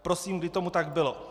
Prosím, kdy tomu tak bylo?